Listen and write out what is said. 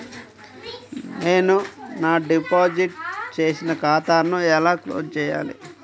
నేను నా డిపాజిట్ చేసిన ఖాతాను ఎలా క్లోజ్ చేయాలి?